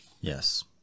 Yes